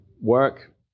work